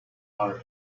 hour